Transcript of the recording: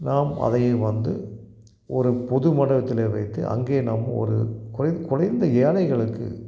நாம் அதை வந்து ஒரு பொது மண்டபத்தில் வைத்து அங்கே நாம் ஒரு குறை குறைந்த ஏழைகளுக்கு